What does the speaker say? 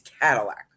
Cadillac